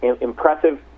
impressive